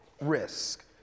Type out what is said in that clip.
risk